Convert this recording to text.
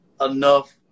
enough